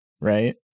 right